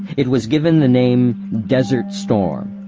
it was given the name desert storm.